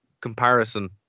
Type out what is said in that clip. comparison